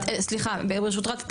סליחה ברשותך,